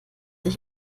ich